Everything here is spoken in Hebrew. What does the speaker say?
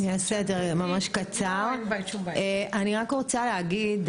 אני רק רוצה להגיד,